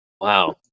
Wow